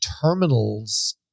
terminals